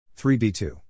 3b2